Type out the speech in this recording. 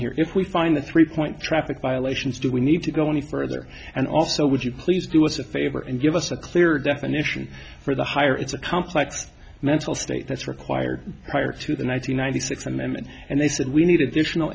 here if we find the three point traffic violations do we need to go any further and also would you please do us a favor and give us a clear definition for the higher it's a complex mental state that's required prior to the nine hundred ninety six amendment and they said we need additional